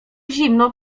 zimno